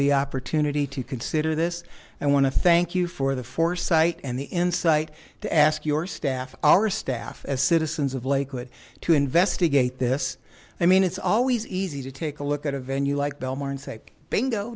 the opportunity to consider this and want to thank you for the foresight and the insight to ask your staff our staff as citizens of lakewood to investigate this i mean it's always easy to take a look at a venue like bill maher and say bingo